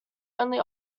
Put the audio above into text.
only